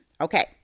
Okay